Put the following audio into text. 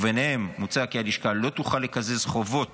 וביניהם מוצע כי הלשכה לא תוכל לקזז חובות